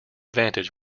vantage